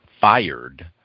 fired